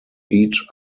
each